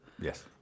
Yes